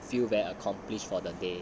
feel very accomplished for the day